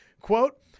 Quote